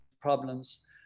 problems